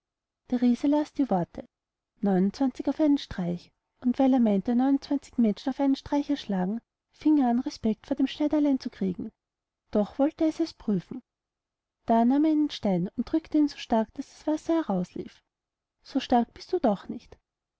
der riese las die worte auf einen streich und weil er meinte menschen auf einen streich erschlagen fing er an respect vor dem schneiderlein zu kriegen doch wollt er es erst prüfen da nahm er einen stein und drückte ihn so stark daß das wasser herauslief so stark bist du doch nicht